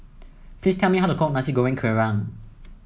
please tell me how to cook Nasi Goreng Kerang